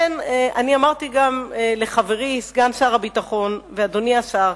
אמרתי גם לחברי, סגן שר הביטחון, ואדוני השר,